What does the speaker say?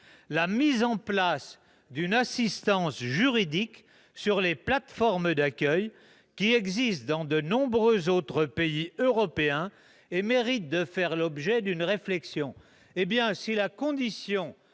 la mise en place d'une assistance juridique sur les plateformes d'accueil, qui existe dans de nombreux autres pays européens et mérite de faire l'objet d'une réflexion. Si la condition